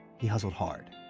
he hustled hard.